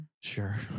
Sure